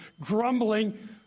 grumbling